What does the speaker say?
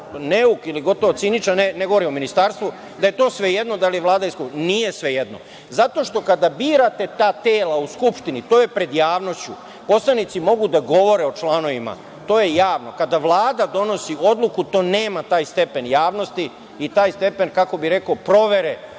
neuk ili gotovo ciničan, ne govorim o ministarstvu, da je to svejedno da li je Vlada…, nije svejedno. Zato što kada birate ta tela u Skupštini, to je pred javnošću, poslanici mogu da govore o članovima, to je javno. Kada Vlada donosi odluku, to nema taj stepen javnosti i taj stepen, kako bih rekao, provere